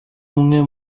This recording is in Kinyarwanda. umwe